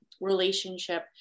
relationship